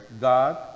God